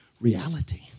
reality